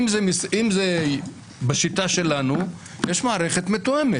אם זה בשיטה שלנו, יש מערכת מתואמת.